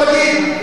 צריך לבוא ולהגיד,